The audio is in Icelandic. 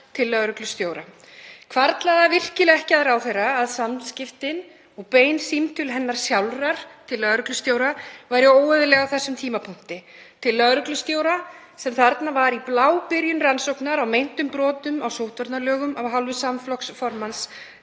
til lögreglustjóra. Hvarflaði það virkilega ekki að ráðherra að samskiptin og bein símtöl hennar sjálfrar til lögreglustjóra væru óeðlileg á þessum tímapunkti, til lögreglustjóra sem þarna var í blábyrjun rannsóknar á meintum brotum á sóttvarnalögum af hálfu samflokksmanns